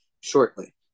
shortly